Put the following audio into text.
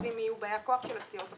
כותבים מי יהיו באי הכוח של הסיעות החדשות.